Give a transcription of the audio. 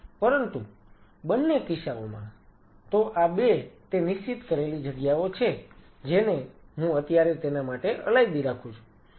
પરંતુ બંને કિસ્સાઓમાં તો આ 2 તે નિશ્ચિત કરેલી જગ્યાઓ છે જેને હું અત્યારે તેના માટે અલાયદી રાખું છું